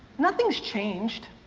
nothing's changed.